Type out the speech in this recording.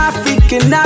African